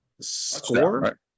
score